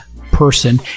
person